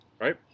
right